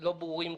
לא ברורים